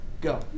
Go